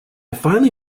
finally